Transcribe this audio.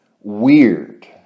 Weird